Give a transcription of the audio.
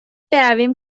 برویم